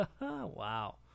Wow